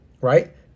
right